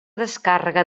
descàrrega